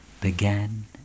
began